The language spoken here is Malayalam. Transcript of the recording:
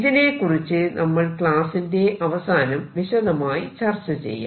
ഇതിനെക്കുറിച്ച് നമ്മൾ ക്ലാസ്സിന്റെ അവസാനം വിശദമായി ചർച്ച ചെയ്യാം